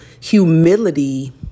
humility